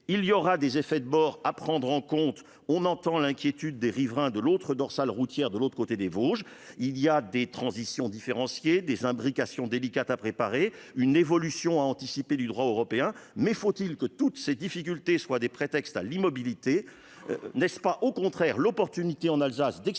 Il y aura des effets de bord à prendre en compte. On entend l'inquiétude des riverains de l'autre dorsale routière, de l'autre côté des Vosges. Il y a des transitions différenciées, des imbrications délicates à préparer, une évolution à anticiper du droit européen. Mais faut-il que toutes ces difficultés soient des prétextes à l'immobilité ?